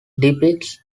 depicts